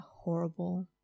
horrible